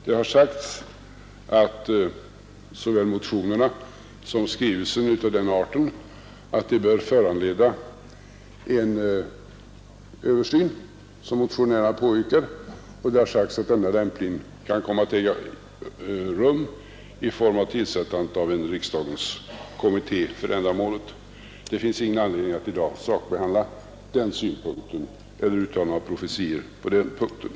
Det har sagts att såväl motionerna som skrivelsen är av den arten att de bör föranleda en översyn, som motionärerna påyrkar, och det har sagts att denna lämpligen kan äga rum genom att det tillsätts en riksdagens kommitté för ändamålet. Det finns ingen anledning att i dag sakbehandla den frågan eller uttala några profetior på den punkten.